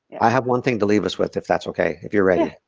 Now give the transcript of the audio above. i have one thing to leave us with if that's okay. if you're ready.